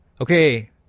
Okay